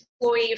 employee